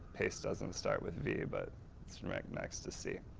paste doesn't start with v, but it's and right next to c.